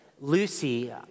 Lucy